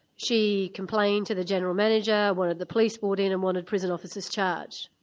she complained to the general manager, wanted the police brought in and wanted prison officers charged.